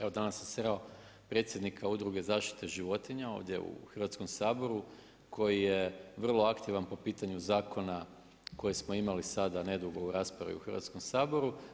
Evo, danas sam sreo predsjednika Udruge za zaštitu životinja ovdje u Hrvatskom saboru, koji je vrlo aktivan po pitanju zakona koji smo imali sada nedugo raspravi u Hrvatskom saboru.